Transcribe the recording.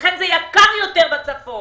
לכן זה יקר יותר בצפון.